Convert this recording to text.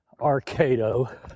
Arcado